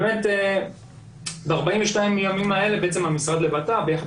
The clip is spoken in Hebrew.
באמת ב-42 הימים האלה המשרד לבט"פ ביחד